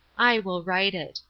i will write it,